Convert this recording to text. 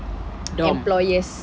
employers